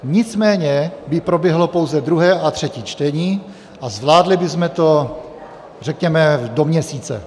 Nicméně by proběhlo pouze druhé a třetí čtení a zvládli bychom to řekněme do měsíce.